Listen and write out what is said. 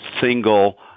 single